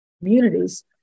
communities